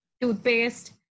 toothpaste